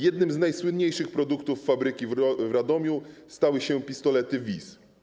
Jednym z najsłynniejszych produktów fabryki w Radomiu stały się pistolety Vis.